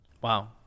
Wow